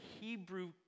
Hebrew